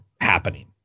happening